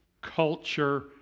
culture